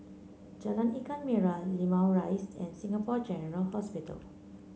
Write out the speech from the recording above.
Jalan Ikan Merah Limau Rise and Singapore General Hospital